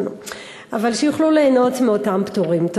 שיוכלו ליהנות מאותם פטורים.